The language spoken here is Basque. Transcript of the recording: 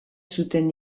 zuten